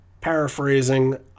paraphrasing